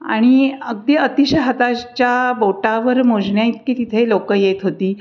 आणि अगदी अतिशय हाताच्या बोटावर मोजण्याइतकी तिथे लोक येत होती